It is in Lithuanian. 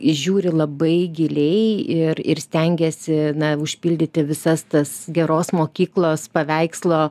žiūri labai giliai ir ir stengiasi užpildyti visas tas geros mokyklos paveikslo